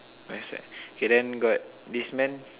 right side okay then got this man